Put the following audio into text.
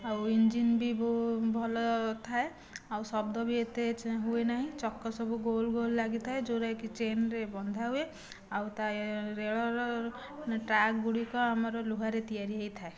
ଆଉ ଇଞ୍ଜିନ୍ ବି ବହୁ ଭଲ ଥାଏ ଆଉ ଶବ୍ଦ ବି ଏତେ ହୁଏ ନାହିଁ ଚକ ସବୁ ଗୋଲ୍ ଗୋଲ୍ ଲାଗିଥାଏ ଯେଉଁଗୁଡ଼ିକ କି ଚେନ୍ରେ ବନ୍ଧାହୁଏ ଆଉ ତା' ରେଳର ଟ୍ରାକ୍ଗୁଡ଼ିକ ଆମର ଲୁହାରେ ତିଆରି ହୋଇଥାଏ